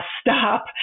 stop